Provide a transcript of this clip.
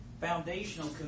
foundational